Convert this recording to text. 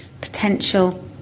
potential